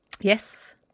Yes